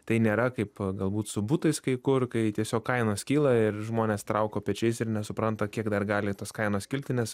tai nėra kaip galbūt su butais kai kur kai tiesiog kainos kyla ir žmonės trauko pečiais ir nesupranta kiek dar gali tos kainos kilti nes